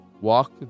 walk